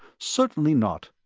certainly not.